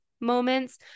moments